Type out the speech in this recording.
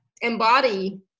embody